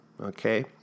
Okay